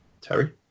Terry